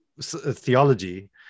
theology